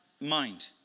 mind